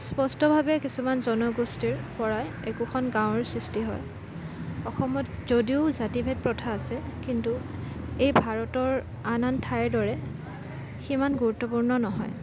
স্পষ্টভাৱে কিছুমান জনগোষ্ঠীৰপৰাই একোখন গাঁৱৰ সৃষ্টি হয় অসমত যদিও জাতি ভেদ প্ৰথা আছে কিন্তু এই ভাৰতৰ আন আন ঠাইৰ দৰে সিমান গুৰুত্বপূৰ্ণ নহয়